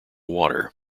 water